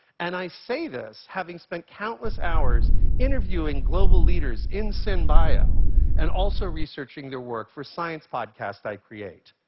and i say this, having spent countless hours interviewing global leaders in synbio and also researching their work for science podcasts i create.